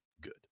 good